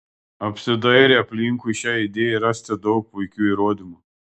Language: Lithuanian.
apsidairę aplinkui šiai idėjai rasite daug puikių įrodymų